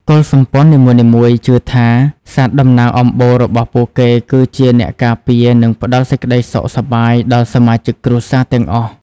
កុលសម្ព័ន្ធនីមួយៗជឿថា សត្វតំណាងអំបូររបស់ពួកគេគឺជាអ្នកការពារ និងផ្តល់សេចក្តីសុខសប្បាយដល់សមាជិកគ្រួសារទាំងអស់។